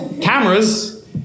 Cameras